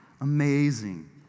amazing